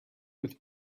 with